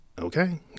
okay